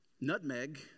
nutmeg